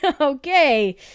Okay